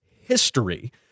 history